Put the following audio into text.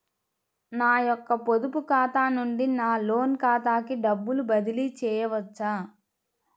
నా యొక్క పొదుపు ఖాతా నుండి నా లోన్ ఖాతాకి డబ్బులు బదిలీ చేయవచ్చా?